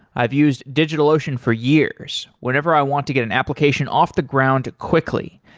i've used digitalocean for years whenever i want to get an application off the ground quickly,